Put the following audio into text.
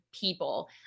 people